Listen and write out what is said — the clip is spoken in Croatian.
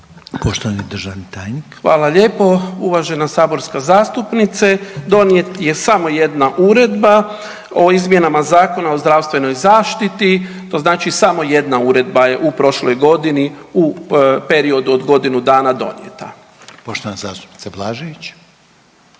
**Rukavina, Sanjin** Hvala lijepo. Uvažena saborska zastupnica, donijet je samo jedna uredba o izmjenama zakona o zdravstvenoj zaštiti. To znači samo jedna uredba je u prošloj godini u periodu od godinu dana donijeta. **Reiner, Željko